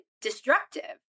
destructive